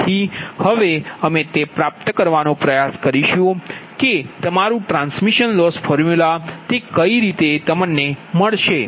તેથી હવે અમે તે પ્રાપ્ત કરવાનો પ્રયાસ કરીશું કે તમારું ટ્રાન્સમિશન લોસ ફોર્મ્યુલા કેવી રીતે મળશે